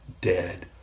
dead